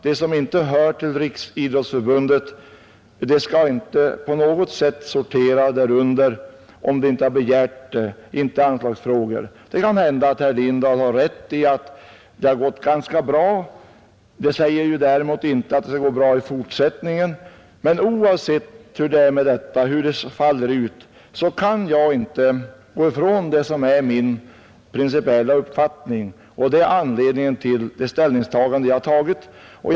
De som inte hör till Riksidrottsförbundet skall inte på något sätt sortera därunder i anslagsfrågor om de inte har begärt det. Det kan hända att herr Lindahl har rätt i att det har gått ganska bra. Det säger däremot inte att det går bra i fortsättningen. Men oavsett hur det är med detta och hur det faller ut, kan jag inte gå ifrån det som är min principiella uppfattning, och det är anledningen till det ställningstagande som jag har gjort.